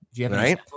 right